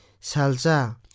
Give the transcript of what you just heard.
salsa